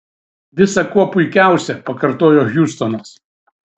visa kuo puikiausia pakartojo hjustonas